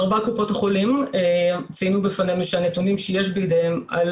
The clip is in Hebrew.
ארבע קופות החולים ציינו בפנינו שהנתונים שיש בידיהם על